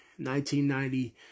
1990